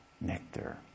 nectar